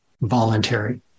voluntary